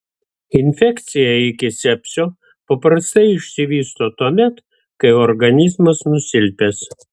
infekcija iki sepsio paprastai išsivysto tuomet kai organizmas nusilpęs